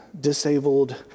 disabled